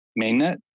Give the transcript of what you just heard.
mainnet